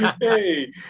hey